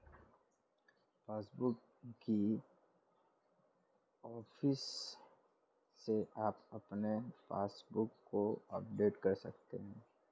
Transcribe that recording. passbook kiosk से आप अपने पासबुक को अपडेट कर सकते हैं